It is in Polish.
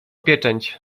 pieczęć